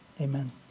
amen